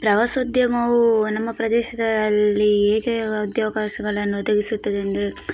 ಪ್ರವಾಸೋದ್ಯಮವು ನಮ್ಮ ಪ್ರದೇಶದಲ್ಲಿ ಹೇಗೆ ಉದ್ಯೋಗಾಶಗಳನ್ನು ಒದಗಿಸುತ್ತದೆ ಎಂದರೆ